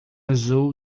azul